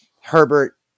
Herbert